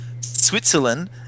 Switzerland